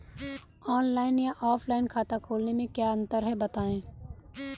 Online या offline खाता खोलने में क्या अंतर है बताएँ?